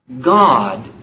God